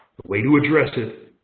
the way to address it